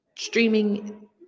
streaming